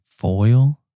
Foil